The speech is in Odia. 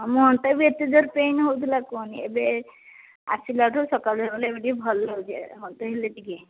ହଁ ମୋ ଅଣ୍ଟା ବି ଏତେ ଜୋର ପେନ୍ ହଉଥିଲା କୁହନି ଏବେ ଆସିଲାଠୁ ସକାଳୁ ହେଲେ ଏବେ ଟିକେ ଭଲ ଲାଗୁଛି ଅଣ୍ଟା ହେଲେ ଟିକେ